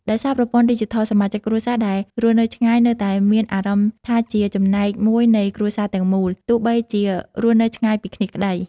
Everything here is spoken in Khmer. ដោយសារប្រព័ន្ធឌីជីថល សមាជិកគ្រួសារដែលរស់នៅឆ្ងាយនៅតែមានអារម្មណ៍ថាជាចំណែកមួយនៃគ្រួសារទាំងមូល ទោះបីជារស់នៅឆ្ងាយពីគ្នាក្ដី។